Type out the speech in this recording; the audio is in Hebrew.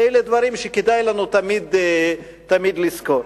אלה דברים שכדאי לנו תמיד לזכור.